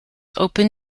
open